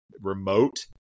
remote